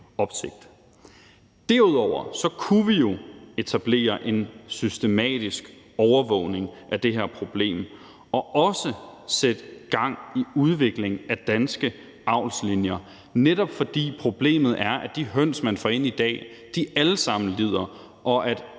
Derudover kunne vi jo etablere en systematisk overvågning af det her problem og også sætte gang i udviklingen af danske alvslinjer, netop fordi problemet er, at de høns, man får ind i dag, alle sammen lider, og